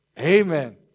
Amen